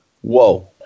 Whoa